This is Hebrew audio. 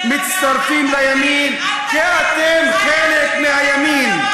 מצטרפים לימין, כי אתם חלק מהימין.